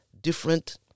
different